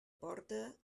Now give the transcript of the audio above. porta